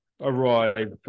arrive